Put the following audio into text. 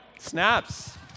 snaps